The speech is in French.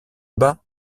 bas